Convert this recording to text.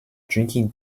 drinking